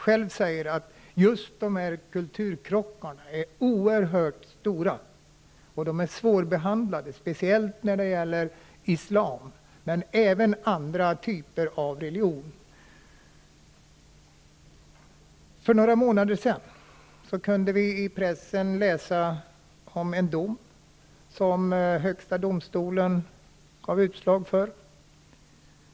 Han säger att dessa kulturkrockar är oerhört stora. De är svårbehandlade, speciellt när det gäller islam, men även när det gäller andra religioner. För några månader sedan kunde vi läsa i pressen om en dom av Högsta domstolen.